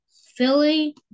Philly